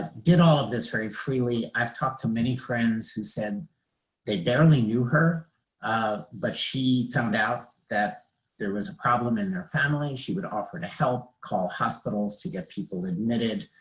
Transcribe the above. did all of this very freely. i've talked to many friends who said they barely knew her um but she found out that there was a problem in their family. she would offer to help. call hospitals to get people admitted.